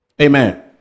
Amen